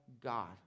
God